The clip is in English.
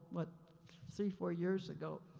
what three, four years ago.